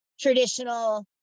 traditional